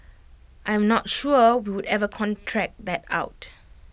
I am not sure we would ever contract that out